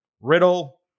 Riddle